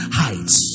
heights